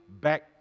back